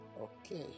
okay